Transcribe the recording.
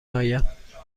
آیم